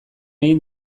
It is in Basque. egin